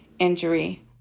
injury